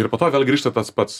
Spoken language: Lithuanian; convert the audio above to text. ir po to vėl grįžta tas pats